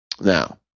now